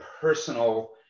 personal